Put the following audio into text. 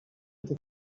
tych